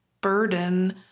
burden